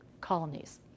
colonies